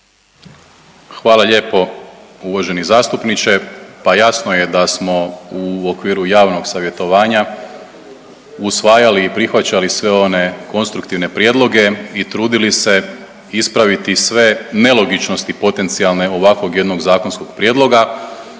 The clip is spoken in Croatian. Hvala lijepo uvaženi zastupniče. Pa jasno je da smo u okviru javnog savjetovanja usvajali i prihvaćali sve one konstruktivne prijedloge i trudili se ispraviti sve nelogičnosti potencijalne ovakvog jednog zakonskog prijedloga